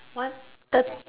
one thirt~